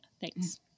thanks